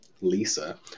Lisa